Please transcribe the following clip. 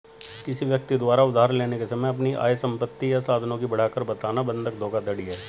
किसी व्यक्ति द्वारा उधार लेने के समय अपनी आय, संपत्ति या साधनों की बढ़ाकर बताना बंधक धोखाधड़ी है